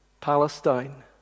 Palestine